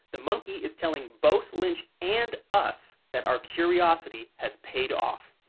the monkey is telling both lynch and us that our curiosity has paid off.